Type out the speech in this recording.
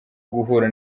guhura